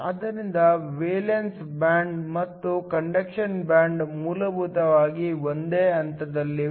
ಆದ್ದರಿಂದ valence band ಮತ್ತು conduction band ಮೂಲಭೂತವಾಗಿ ಒಂದೇ ಹಂತದಲ್ಲಿವೆ